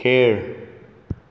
खेळ